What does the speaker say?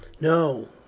no